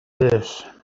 this